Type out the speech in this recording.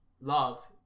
love